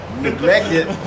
neglected